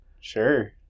sure